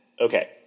Okay